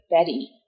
Betty